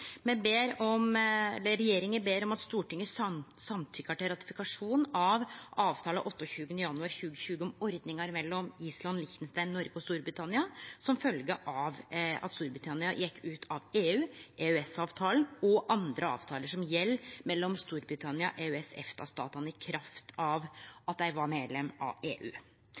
Regjeringa ber om at Stortinget samtykkjer til ratifikasjon av avtale 28. januar 2020 om ordningar mellom Island, Liechtenstein, Noreg og Storbritannia som følgje av at Storbritannia gjekk ut av EU, EØS-avtalen og andre avtalar som gjeld mellom Storbritannia og EØS/EFTA-statane i kraft av at dei var medlem av EU.